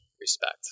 respect